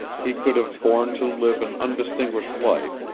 he could have borne to live an undistinguished life,